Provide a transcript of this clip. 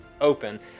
open